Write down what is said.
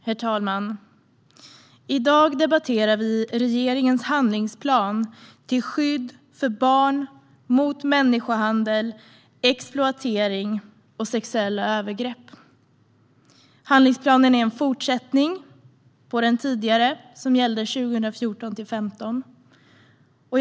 Herr talman! I dag debatterar vi regeringens handlingsplan till skydd för barn mot människohandel, exploatering och sexuella övergrepp. Handlingsplanen är en fortsättning på den tidigare, som gällde 2014-2015.